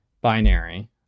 binary